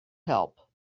help